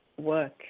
work